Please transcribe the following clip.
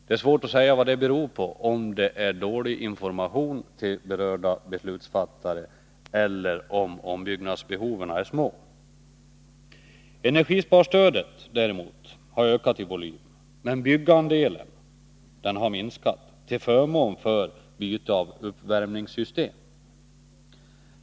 Det är svårt att säga vad det beror på, om det är dålig information till berörda beslutsfattare eller om ombyggnadsbehoven är små. Energisparstödet har däremot ökat i volym, men byggandelen har minskat till förmån för byte av uppvärmningssystem.